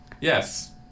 Yes